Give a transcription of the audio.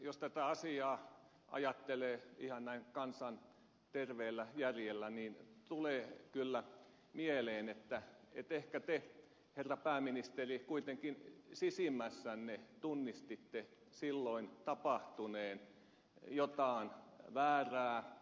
jos tätä asiaa ajattelee ihan näin kansan terveellä järjellä niin tulee kyllä mieleen että ehkä te herra pääministeri kuitenkin sisimmässänne tunnistitte silloin tapahtuneen jotain väärää